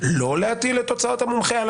לא להטיל את הוצאות המומחה על